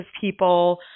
people